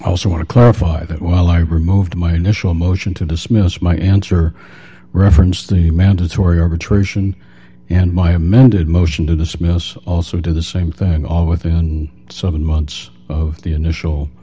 also want to clarify that while i removed my initial motion to dismiss my answer referenced the mandatory arbitration and my amended motion to dismiss also do the same thing all within seven months of the initial